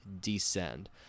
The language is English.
descend